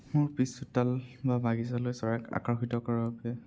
মোৰ পিচ চোতাল বা বাগিচালৈ চৰাই আকৰ্ষিত কৰাৰ বাবে